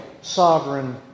sovereign